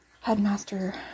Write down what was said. Headmaster